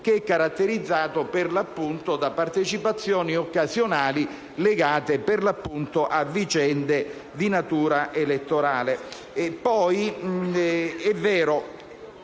che è caratterizzato, per l'appunto, da partecipazioni occasionali legate a vicende di natura elettorale.